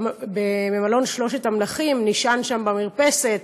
במלון "שלושת המלכים", נשען שם, במרפסת,